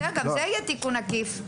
גם זה יהיה תיקון עקיף.